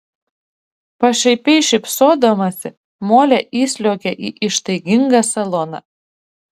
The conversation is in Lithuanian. pašaipiai šypsodamasi molė įsliuogė į ištaigingą saloną